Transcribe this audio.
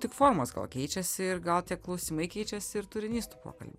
tik formos gal keičiasi ir gal tie klausimai keičiasi ir turinys tų pokalbių